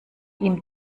ihm